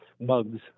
bugs